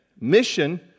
Mission